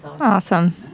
Awesome